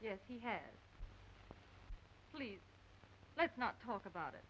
yes the head please let's not talk about it